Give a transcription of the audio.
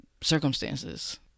circumstances